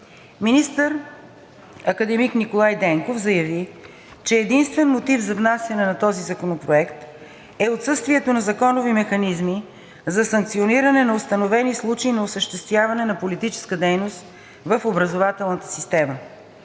Министър академик Николай Денков заяви, че единствен мотив за внасяне на този законопроект е отсъствието на законови механизми за санкциониране на установени случаи на осъществяване на политическа дейност в образователната система.